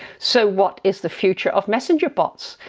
so what is the future of messenger bots?